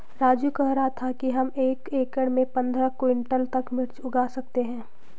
राजू कह रहा था कि हम एक एकड़ में पंद्रह क्विंटल तक मिर्च उगा सकते हैं